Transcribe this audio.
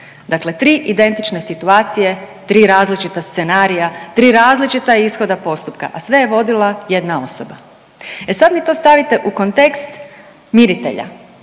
Dakle tri identične situacije, tri različita scenarija, tri različita ishoda postupka, a sve je vodila jedna osoba. E sad mi to stavite u kontekst miritelja,